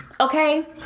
Okay